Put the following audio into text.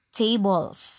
tables